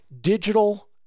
Digital